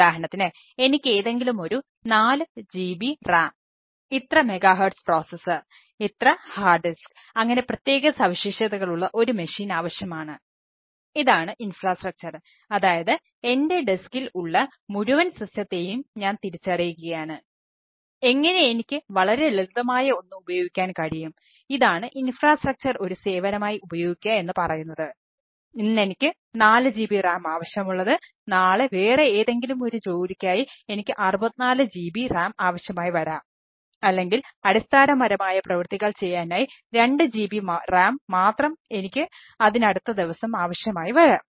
ഇന്ന് എനിക്ക് 4GB RAM ആവശ്യമുള്ളത് നാളെ വേറെ ഏതെങ്കിലും ഒരു ജോലിക്കായി എനിക്ക് 64GB RAM ആവശ്യമായി വരാം അല്ലെങ്കിൽ അടിസ്ഥാനപരമായ പ്രവർത്തികൾ ചെയ്യാനായി 2GB RAM മാത്രം എനിക്ക് അതിനടുത്ത ദിവസം ആവശ്യമായി വരാം